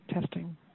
testing